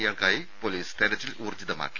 ഇയാൾക്കായി police തിരച്ചിൽ ഊർജിതമാക്കി